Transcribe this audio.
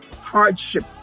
hardship